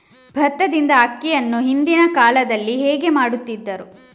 ಭತ್ತದಿಂದ ಅಕ್ಕಿಯನ್ನು ಹಿಂದಿನ ಕಾಲದಲ್ಲಿ ಹೇಗೆ ಮಾಡುತಿದ್ದರು?